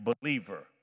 believer